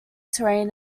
terrain